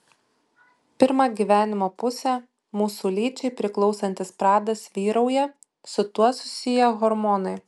pirmą gyvenimo pusę mūsų lyčiai priklausantis pradas vyrauja su tuo susiję hormonai